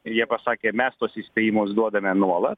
jie pasakė mes tuos įspėjimus duodame nuolat